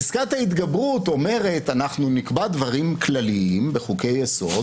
פסקת ההתגברות אומרת: אנחנו נקבע דברים כלליים בחוקי-יסוד,